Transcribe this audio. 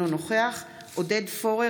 אינו נוכח עודד פורר,